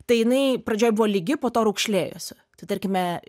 tai jinai pradžioj buvo lygi po to raukšlėjosi tai tarkime